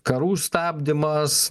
karų stabdymas